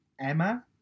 Emma